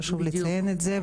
חשוב לציין את זה.